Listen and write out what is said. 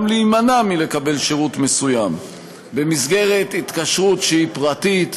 להימנע מלקבל שירות מסוים במסגרת התקשרות שהיא פרטית,